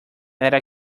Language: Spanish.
era